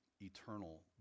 eternal